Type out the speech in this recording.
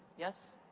yes?